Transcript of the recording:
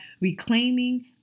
reclaiming